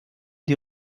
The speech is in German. die